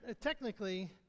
technically